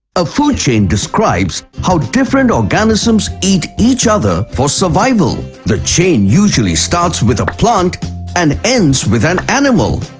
a food chain describes how different organisms eat each other for survival. the chain usually starts with a plant and ends with an animal.